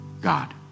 God